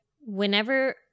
whenever